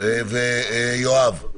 ויואב: